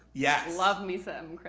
yes. love me some chris